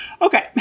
Okay